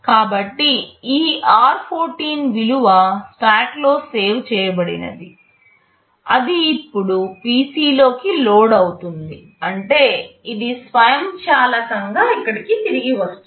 కాబట్టి ఈ r14 విలువ స్టాక్లో సేవ్ చేయబడినది అది ఇప్పుడు PC లోకి లోడ్ అవుతుంది అంటే ఇది స్వయంచాలకంగా ఇక్కడకు తిరిగి వస్తుంది